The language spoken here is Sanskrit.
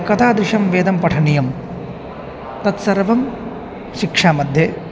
एतादृशं वेदं पठनीयं तत्सर्वं शिक्षामध्ये